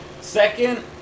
Second